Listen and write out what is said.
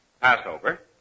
Passover